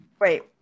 Wait